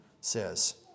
says